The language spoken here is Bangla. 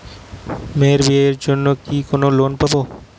মেয়ের বিয়ের জন্য কি কোন লোন পাব?